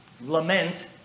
Lament